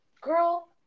girl